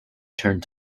turned